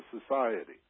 society